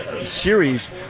series